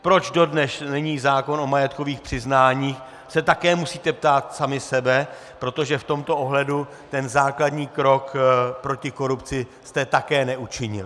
Proč dodnes není zákon o majetkových přiznáních, se také musíte ptát sami sebe, protože v tomto ohledu druhý základní krok proti korupci jste také neučinili.